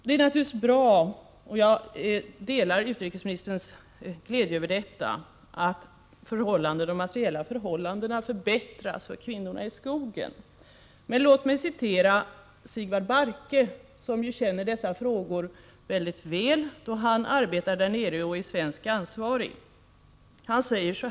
Det är naturligtvis bra att de materiella förhållandena för kvinnorna i skogen förbättras — jag delar utrikesministerns glädje över detta. Men låt mig citera Sigvard Bahrke, som känner dessa frågor mycket väl, då han arbetar i Vietnam och är ansvarig för den svenska delen av projektet.